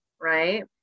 right